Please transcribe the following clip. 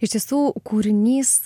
iš tiesų kūrinys